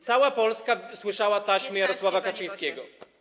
Cała Polska słyszała taśmy Jarosława Kaczyńskiego.